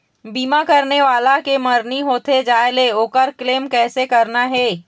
बीमा करने वाला के मरनी होथे जाय ले, ओकर क्लेम कैसे करना हे?